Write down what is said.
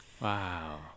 Wow